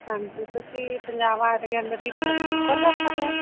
ਹਾਂਜੀ ਤੁਸੀਂ Punjab art gallery ਤੋਂ ਨਵਦੀਪ ਕੌਰ ਗੱਲ ਕਰ ਰਹੇ ਹੋ